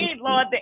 Lord